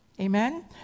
Amen